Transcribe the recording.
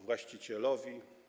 Właścicielowi?